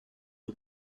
aux